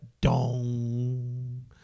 dong